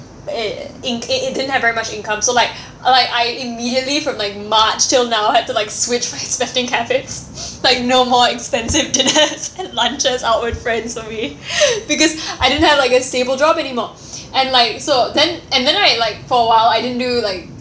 in in it didn't have very much income so like like I immediately from like march till now had to like switch my spending habits like no more expensive dinners and lunches out with friends for me because I didn't have like a stable job anymore and like so then and then I like for a while I didn't do like